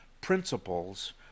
principles